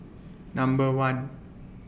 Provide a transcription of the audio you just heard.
Number one